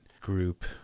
group